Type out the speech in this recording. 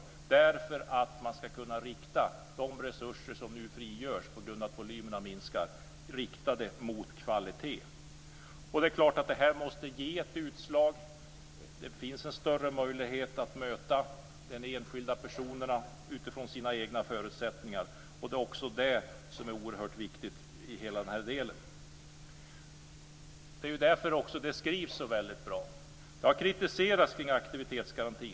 Det får det därför att man ska kunna rikta de resurser som nu frigörs på grund av att volymerna minskar mot kvalitet. Det är klart att det måste ge ett utslag. Det finns en större möjlighet att möta de enskilda personerna utifrån deras egna förutsättningar. Också det är oerhört viktigt i hela denna del. Det skrivs också så väldigt bra. Aktivitetsgarantin har kritiserats.